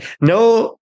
no